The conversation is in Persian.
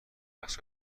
رقص